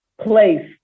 place